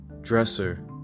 dresser